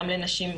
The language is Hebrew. גם לנשים,